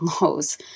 lows